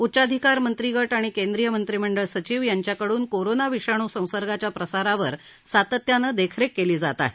उच्चाधिकार मंत्रिगट आणि केंद्रिय मंत्रिमंडळ सचिव यांच्याकडून कोरोना विषाणु संसर्गाच्या प्रसारावर सातत्यानं देखरेख केली जात आहे